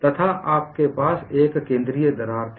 तथा आपके पास एक केंद्रीय दरार थी